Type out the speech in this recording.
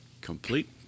complete